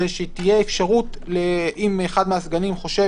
שתהיה אפשרות במקרה שאחד מהסגנים חושב